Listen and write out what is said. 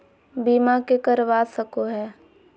बीमा के करवा सको है?